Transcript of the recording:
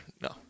no